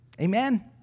Amen